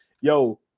Yo